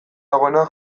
dagoena